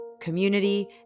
community